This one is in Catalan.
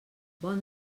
bon